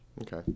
Okay